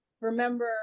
remember